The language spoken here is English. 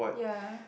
yeah